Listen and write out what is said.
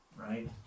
right